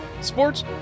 sports